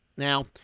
Now